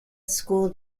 school